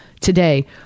today